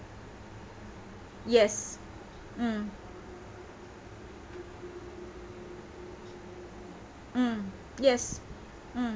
yes mm mm yes mm